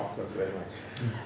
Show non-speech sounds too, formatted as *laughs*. of course very much *laughs*